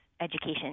education